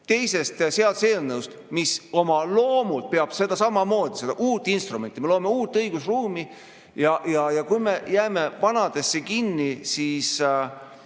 teisest seaduseelnõust, mis oma loomult [eeldab] samamoodi seda uut instrumenti. Me loome uut õigusruumi, aga kui me jääme vanadesse [vahenditesse]